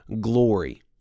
glory